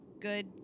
good